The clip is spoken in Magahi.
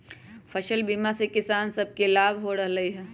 फसल बीमा से किसान सभके लाभ हो रहल हइ